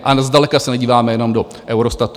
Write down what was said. A zdaleka se nedíváme jenom do Eurostatu.